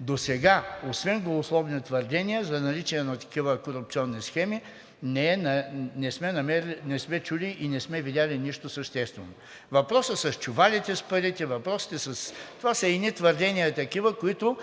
досега, освен голословни твърдения за наличие на такива корупционни схеми, не сме чули и не сме видели нищо съществено. Въпросът с чувалите с парите – това са едни такива твърдения, които